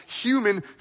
human